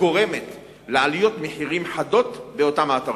גורמת לעליות מחירים חדות באותם אתרים.